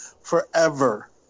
forever